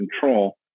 control